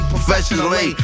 Professionally